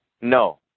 No